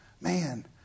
Man